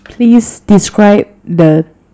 please describe the